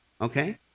Okay